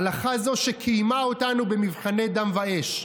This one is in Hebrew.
הלכה זו שקיימה אותנו במבחני דם ואש.